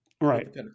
Right